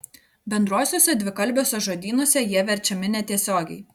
bendruosiuose dvikalbiuose žodynuose jie verčiami netiesiogiai